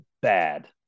bad